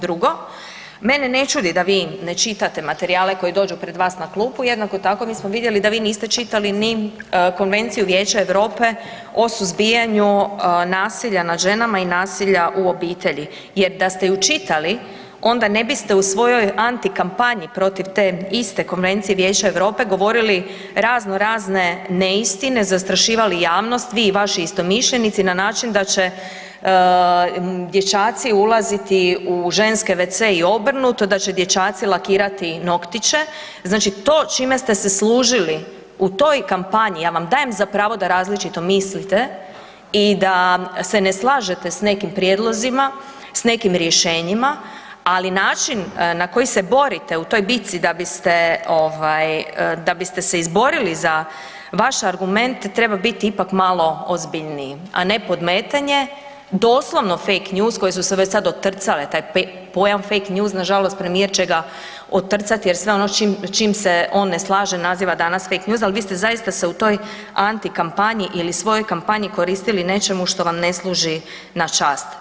Drugo, mene ne čudi da vi ne čitate materijale koji dođu pred vas klupu, jednako tako mi smo vidjeli da vi ste niste čitali ni Konvenciju Vijeća Europe o suzbijanju nasilja nad ženama i nasilja u obitelji jer da ste ju čitali, onda biste u svojoj antikampanji protiv te iste Konvencije Vijeća Europe govorili raznorazne neistine, zastrašivali javnost, vi i vaši istomišljenici na način da će dječaci ulaziti u ženske wc-e i obrnuto, da će dječaci lakirati noktiće, znači to čime ste se služili u toj kampanji, ja vam dajem za pravo da različito mislite i da se ne slažete s nekim prijedlozima, s nekim rješenjima ali način na koji se borite u bitci da bi ste se izborili za vaš argument, treba biti ipak malo ozbiljniji a ne podmetanje, doslovno fake news koji su se već sad otrcale, taj pojam fake news, nažalost premijer će ga otrcati jer sve ono čim se on ne slaže, naziva danas fake news, ali vi ste zaista se u toj antikampanji ili svojoj kampanji koristili nečemu što vam ne služi na čast.